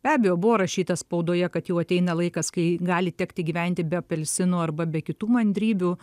be abejo buvo rašyta spaudoje kad jau ateina laikas kai gali tekti gyventi be apelsinų arba be kitų mandrybių